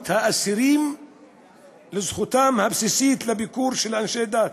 האסירים לזכותם הבסיסית לביקור של אנשי דת.